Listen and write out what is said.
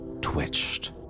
twitched